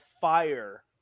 fire